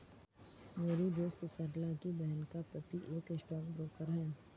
मेरी दोस्त सरला की बहन का पति एक स्टॉक ब्रोकर है